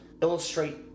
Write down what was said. illustrate